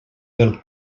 del